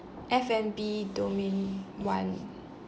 F$B domain one